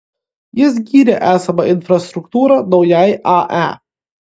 jis gyrė esamą infrastruktūrą naujai ae